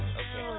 okay